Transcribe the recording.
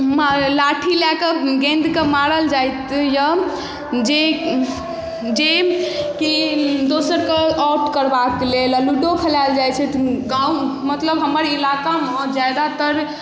लाठी लए कऽ गेन्दके मारल जाइत यऽ जे जेकि दोसरके आउट करबाके लेल आओर लूडो खेलैल जाइ छै गाँव मतलब हमर इलाकामे जादातर